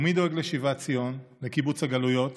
ומי דואג לשיבת ציון, לקיבוץ הגלויות?